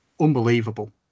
unbelievable